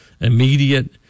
immediate